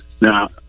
Now